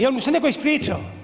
Jel mu se neko ispričao?